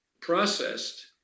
processed